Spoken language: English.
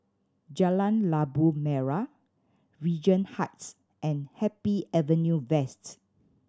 Jalan Labu Merah Regent Heights and Happy Avenue West